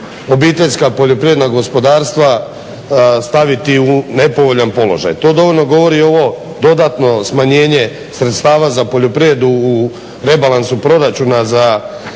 obiteljska poljoprivredna gospodarstva staviti u nepovoljan položaj? To dovoljno govori ovo dodatno smanjenje sredstava za poljoprivredu u rebalansu proračuna za